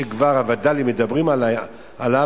שכבר הווד"לים מדברים עליו,